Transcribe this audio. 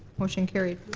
motion carried.